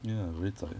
ya very zai